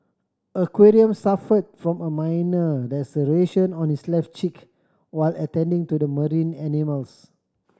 aquarium suffered from a minor laceration on his left cheek while attending to the marine animals